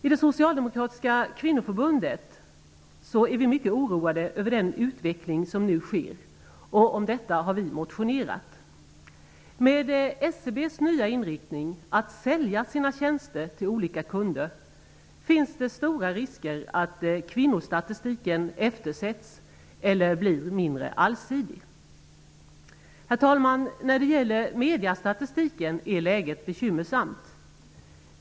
I det socialdemokratiska kvinnoförbundet är vi mycket oroade över den utveckling som nu sker. Om detta har vi motionerat. Med SCB:s nya inriktning, att sälja sina tjänster till olika kunder, finns det stora risker för att kvinnostatistiken eftersätts eller blir mindre allsidig. Herr talman! Läget för mediestatistiken är bekymmersamt.